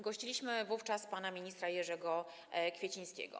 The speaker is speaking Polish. Gościliśmy wówczas pana ministra Jerzego Kwiecińskiego.